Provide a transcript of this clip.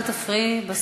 אל תפריעי.